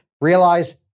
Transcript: Realize